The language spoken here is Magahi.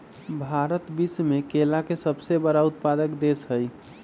भारत विश्व में केला के सबसे बड़ उत्पादक देश हई